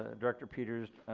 ah director peters,